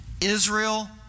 Israel